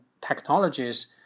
technologies